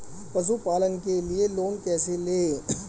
पशुपालन के लिए लोन कैसे लें?